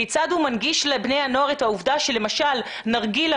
כיצד הוא מנגיש לבני הנוער את העובדה שלמשל נרגילה